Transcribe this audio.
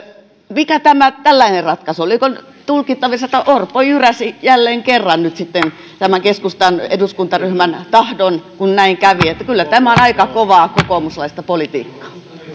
mikä tämä tällainen ratkaisu oli onko tulkittavissa että orpo jyräsi jälleen kerran tämän keskustan eduskuntaryhmän tahdon kun näin kävi kyllä tämä on aika kovaa kokoomuslaista politiikkaa